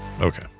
Okay